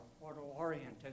auto-oriented